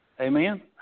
Amen